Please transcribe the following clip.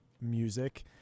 music